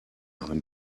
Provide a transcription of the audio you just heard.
and